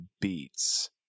beats